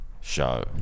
show